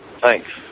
Thanks